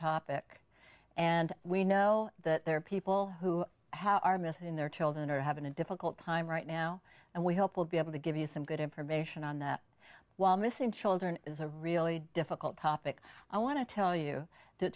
topic and we know that there are people who are method in their children are having a difficult time right now and we hope will be able to give you some good information on that while missing children is a really difficult topic i want to tell you th